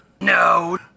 No